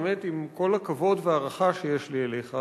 עם כל הכבוד וההערכה שיש לי אליך,